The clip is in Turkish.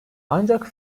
ancak